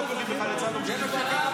לא פוגעים בחיילי צה"ל,